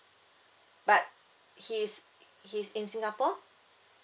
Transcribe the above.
but he's he's in singapore